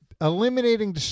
Eliminating